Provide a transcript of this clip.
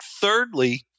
thirdly